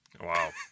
Wow